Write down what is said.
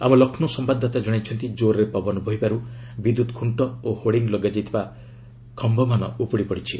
ଆମ ଲକ୍ଷ୍ମୌ ସମ୍ଭାଦଦାତା ଜଣାଇଛନ୍ତି ଜୋର୍ରେ ପବନ ବହିବାରୁ ବିଦ୍ୟୁତ୍ ଖୁଷ୍ଟ ଓ ହୋଡ଼ିଂ ଲଗାଯାଇଥିବା ଖମ୍ଘମାନ ଉପୁଡ଼ି ପଡ଼ିଛି